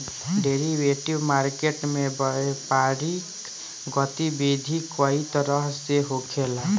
derivative market में व्यापारिक गतिविधि कई तरह से होखेला